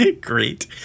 Great